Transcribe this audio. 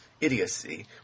idiocy